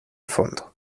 fondo